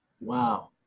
Wow